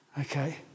Okay